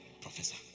professor